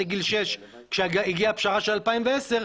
לגיל 6 כשהגיעה הפשרה של אלפיים ועשר,